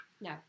No